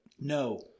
No